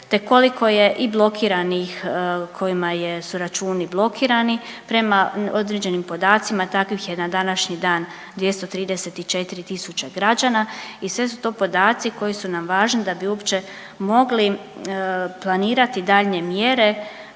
te koliko je i blokiranih kojima je su računi blokirani. Prema određenim podacima takvih je na današnji dan 234.000 građana i sve su to podaci koji su nam važni da bi uopće mogli planirati daljnje mjere